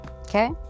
Okay